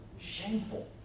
shameful